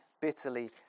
bitterly